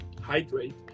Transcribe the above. hydrate